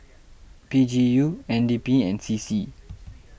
P G U N D P and C C